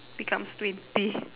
becomes twenty